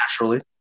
Naturally